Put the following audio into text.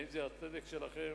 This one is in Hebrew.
האם זה הצדק שלכם?